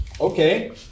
Okay